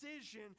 decision